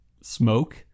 smoke